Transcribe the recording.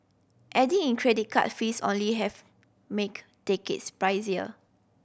adding in credit card fees only have make tickets pricier